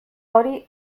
hori